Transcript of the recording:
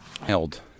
Held